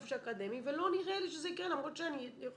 בחופש האקדמי ולא נראה לי שזה יקרה למרות החשש.